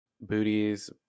booties